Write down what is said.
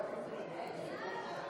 ביטן,